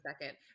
second